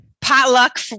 potluck